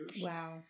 Wow